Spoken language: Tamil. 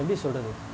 எப்படி சொல்வது